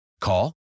Call